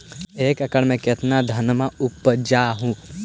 एक एकड़ मे कितना धनमा उपजा हू?